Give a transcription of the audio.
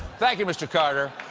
thank you, mr. carter.